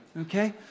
okay